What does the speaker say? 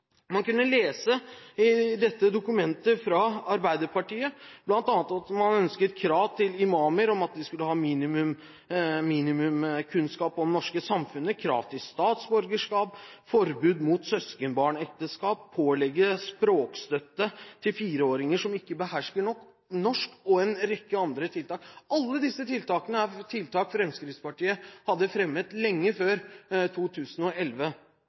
Man kunne lese i dette dokumentet fra Arbeiderpartiet at man bl.a. ønsket å sette krav til imamer om at de skulle ha minimumskunnskaper om det norske samfunnet, man ville ha krav til statsborgerskap, forbud mot søskenbarnekteskap, man ville pålegge fireåringer som ikke behersker norsk godt nok, språkstøtte – og en rekke andre tiltak. Alle disse tiltakene er tiltak Fremskrittspartiet hadde fremmet lenge